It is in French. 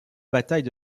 bataille